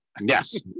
Yes